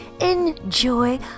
Enjoy